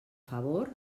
favor